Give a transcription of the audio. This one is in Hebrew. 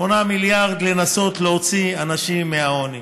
8 מיליארד, לנסות להוציא אנשים מהעוני.